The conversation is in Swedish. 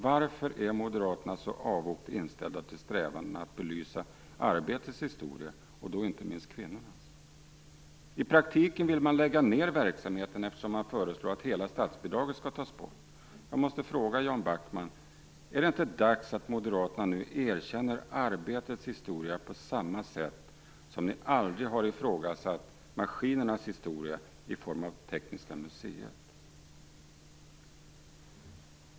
Varför är Moderaterna så avogt inställda till strävandena att belysa arbetets historia, och då inte minst kvinnornas? I praktiken vill man lägga ned verksamheten eftersom man föreslår att hela statsbidraget skall tas bort. Jag måste frågan Jan Backman: Är det inte dags att Moderaterna nu erkänner arbetets historia? Ni har ju aldrig ifrågasatt maskinernas historia i form av Tekniska museet.